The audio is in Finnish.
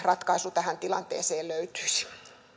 ratkaisu tähän tilanteeseen löytyisi